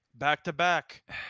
Back-to-back